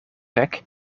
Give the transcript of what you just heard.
rek